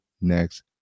next